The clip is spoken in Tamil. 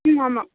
ம் ஆமாம்